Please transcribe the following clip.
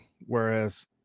whereas